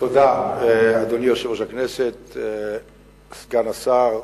אדוני יושב-ראש הכנסת, תודה, סגן השר,